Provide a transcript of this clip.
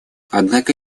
однако